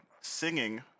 singing